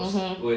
mmhmm